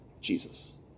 Jesus